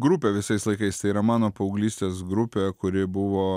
grupė visais laikais tai yra mano paauglystės grupė kuri buvo